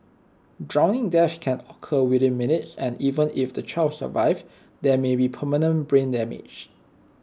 drowning deaths can occur within minutes and even if the child survives there may be permanent brain damage